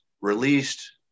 released